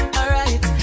Alright